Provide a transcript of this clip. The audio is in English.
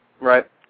Right